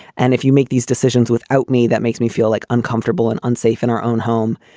and if you make these decisions without me, that makes me feel like uncomfortable and unsafe in our own home.